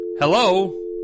Hello